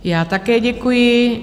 Já také děkuji.